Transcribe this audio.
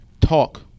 talk